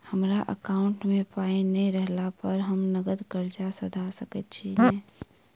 हमरा एकाउंट मे पाई नै रहला पर हम नगद कर्जा सधा सकैत छी नै?